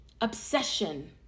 obsession